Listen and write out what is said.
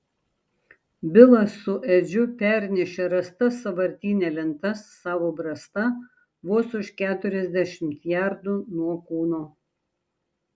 bilas su edžiu pernešė rastas sąvartyne lentas savo brasta vos už keturiasdešimt jardų nuo kūno